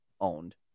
owned